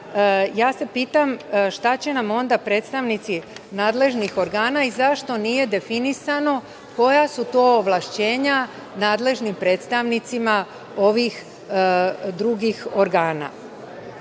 onda se pitam šta će nam predstavnici nadležnih organa i zašto nije definisano koja su to ovlašćenja nadležnim predstavnicima ovih drugih